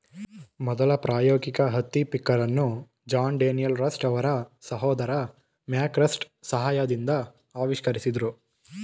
ಮೊದಲ ಪ್ರಾಯೋಗಿಕ ಹತ್ತಿ ಪಿಕ್ಕರನ್ನು ಜಾನ್ ಡೇನಿಯಲ್ ರಸ್ಟ್ ಅವರ ಸಹೋದರ ಮ್ಯಾಕ್ ರಸ್ಟ್ ಸಹಾಯದಿಂದ ಆವಿಷ್ಕರಿಸಿದ್ರು